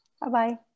Bye-bye